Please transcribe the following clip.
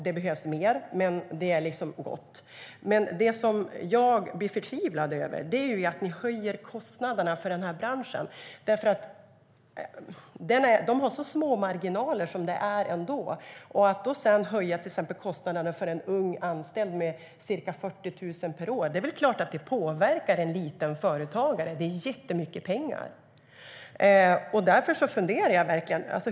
Det behövs mer, men det är liksom gott. Jag blir dock förtvivlad över att ni höjer kostnaderna för branschen som har så små marginaler som det är. Det är klart att det påverkar en småföretagare om till exempel kostnaderna för en ung anställd höjs med ca 40 000 per år. Det är jättemycket pengar.